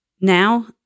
Now